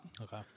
Okay